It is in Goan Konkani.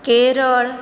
केरळ